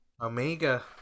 omega